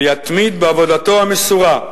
ויתמיד בעבודתו המסורה,